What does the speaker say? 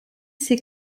ses